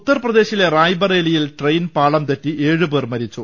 ഉത്തർപ്രദേശിലെ റായ്ബറേലിയിൽ ട്രെയിൻ പാളംതെറ്റി ഏഴ് പേർ മരിച്ചു